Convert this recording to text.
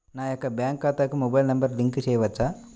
నా యొక్క బ్యాంక్ ఖాతాకి మొబైల్ నంబర్ లింక్ చేయవచ్చా?